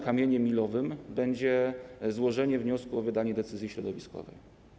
Kamieniem milowym będzie złożenie wniosku o wydanie decyzji środowiskowej.